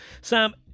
Sam